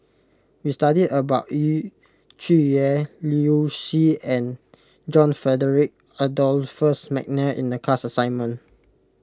we studied about Yu Zhuye Liu Si and John Frederick Adolphus McNair in the class assignment